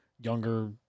younger